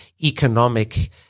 economic